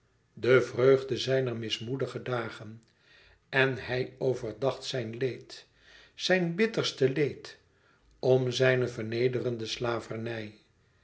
de vreugde zijner mismoedige dagen en hij overdacht zijn leed zijn bitterste leed om zijne vernederende slavernij